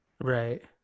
right